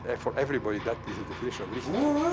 and for everybody, that is the definition of recently.